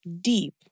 deep